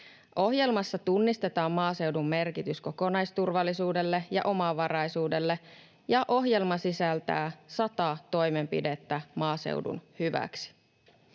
Ohjelmassa tunnistetaan maaseudun merkitys kokonaisturvallisuudelle ja omavaraisuudelle, ja ohjelma sisältää sata toimenpidettä maaseudun hyväksi.